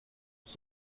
son